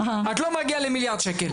את לא מגיעה למיליארד שקל.